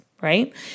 right